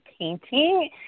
painting